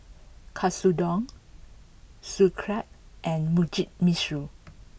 Katsudon Sauerkraut and Mugi Meshi